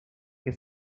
que